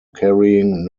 carrying